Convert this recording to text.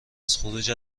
خروج